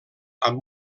amb